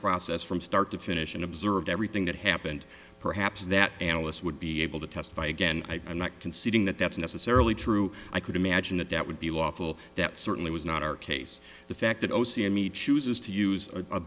process from start to finish and observe everything that happened perhaps that analyst would be able to testify again i'm not conceding that that's necessarily true i could imagine that that would be lawful that certainly was not our case the fact that o c n meets chooses to use a